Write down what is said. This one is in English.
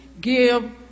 give